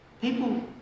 People